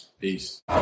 Peace